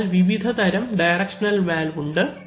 അതിനാൽ വിവിധതരം directional valve ഉണ്ട്